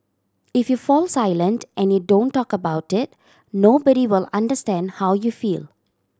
if you fall silent and you don't talk about it nobody will understand how you feel